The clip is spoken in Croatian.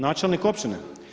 Načelnik općine.